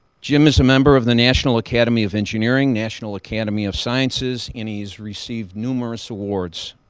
jim is a member of the national academy of engineering, national academy of sciences, and he's received numerous awards,